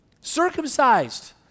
circumcised